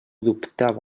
dubtava